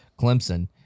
Clemson